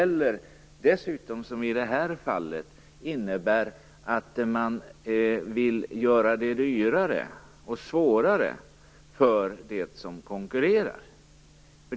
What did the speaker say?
I det här fallet innebär ju detta också att man vill göra det dyrare och svårare för dem som konkurrerar.